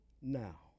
now